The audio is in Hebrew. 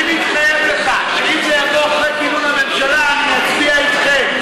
אני מתחייב לך שאם זה יבוא אחרי כינון הממשלה אני אצביע אתכם.